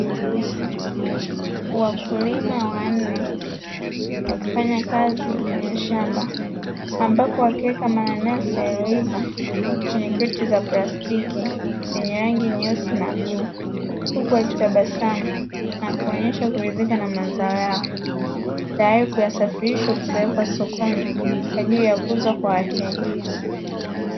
Wakulima wanne wakifanya kazi kwenye shamba ambapo wakiweka mananasi yaliyoiva kwenye kreti za plastiki zenye rangi nyeusi na bluu, huku wakitabasamu na kuonesha kuridhika, na mazao yao tayari kuyasafirisha kupelekwa sokoni kwaajili ya kuuzwa kwa wateja.